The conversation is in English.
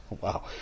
Wow